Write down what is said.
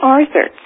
Arthur